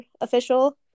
official